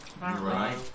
right